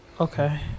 Okay